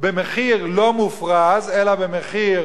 במחיר לא מופרז, אלא במחיר